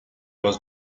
los